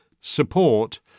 support